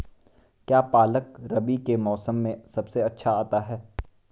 क्या पालक रबी के मौसम में सबसे अच्छा आता है?